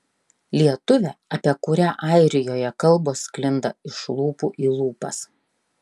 lietuvė apie kurią airijoje kalbos sklinda iš lūpų į lūpas